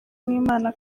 n’imana